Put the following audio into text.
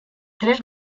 tres